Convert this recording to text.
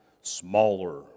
smaller